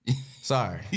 Sorry